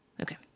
Okay